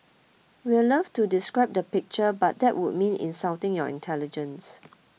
we'd love to describe the picture but that would mean insulting your intelligence